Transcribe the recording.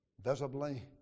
Visibly